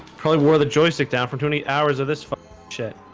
probably wore the joystick down for twenty hours of this fuck shit.